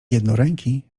jednoręki